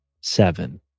Seven